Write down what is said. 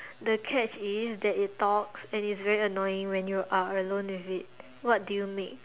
the catch is that it talks and is very annoying when you're alone with it what do you make